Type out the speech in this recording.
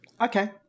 Okay